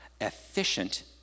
efficient